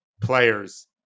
players